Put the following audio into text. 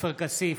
עופר כסיף,